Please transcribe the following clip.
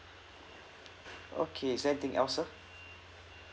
okay is there anything else sir